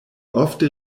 ofte